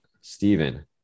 Stephen